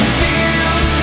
feels